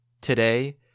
today